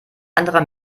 anderer